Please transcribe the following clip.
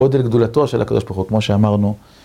עוד אל גדולתו של הקב"ה כמו שאמרנו